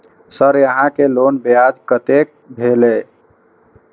Sir यहां के loan ब्याज कतेक भेलेय?